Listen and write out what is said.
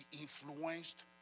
influenced